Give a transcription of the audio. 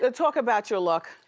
talk about your look.